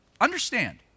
Understand